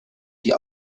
die